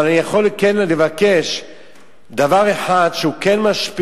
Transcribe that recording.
אבל אני יכול לבקש דבר אחד, שהוא כן משפיע,